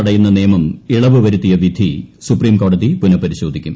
തടയുന്ന നിയമം ഇളവ് വരുത്തിയ വിധി സുപ്രീംകോടതി പുനഃപരിശോധിക്കും